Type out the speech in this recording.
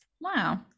Wow